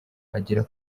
agera